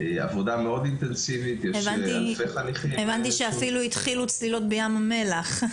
עבודה מאוד אינטנסיבית -- הבנתי שאפילו התחילו צלילות בים המלח...